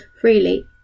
freely